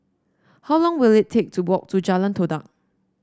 how long will it take to walk to Jalan Todak